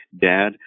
Dad